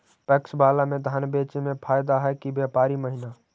PACS बाला में धान बेचे मे फायदा है कि व्यापारी महिना?